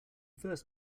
first